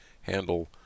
handle